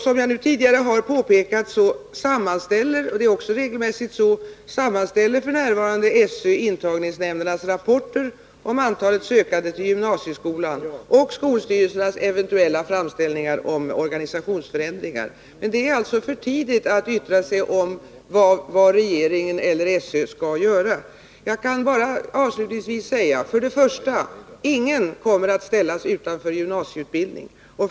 Som jag tidigare har påpekat sammanställer f. n. SÖ, och det sker också regelmässigt, intagningsnämndernas rapporter om antalet sökande till gymnasieskolan och skolstyrelsernas eventuella framställningar om organisationsförändringar. Det är alltså för tidigt att yttra sig om vad regeringen eller SÖ skall göra. Avslutningsvis kan jag bara säga följande. För det första: Ingen kommer att ställas utanför gymnasieutbildningen.